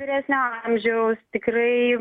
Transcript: vyresnio amžiaus tikrai